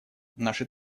наши